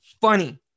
funny